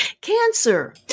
Cancer